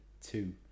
two